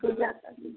पूजा कर लीजिए